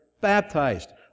baptized